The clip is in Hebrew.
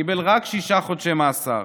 קיבל רק שישה חודשי מאסר.